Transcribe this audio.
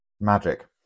Magic